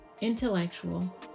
intellectual